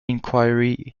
inquiry